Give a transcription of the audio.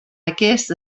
aquest